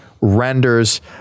renders